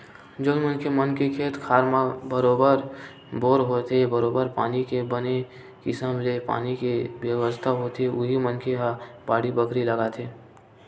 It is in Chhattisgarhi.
जउन मनखे मन के खेत खार म बरोबर बोर होथे बरोबर पानी के बने किसम ले पानी के बेवस्था होथे उही मनखे ह बाड़ी बखरी लगाथे